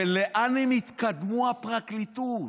ולאן הם יתקדמו, הפרקליטות?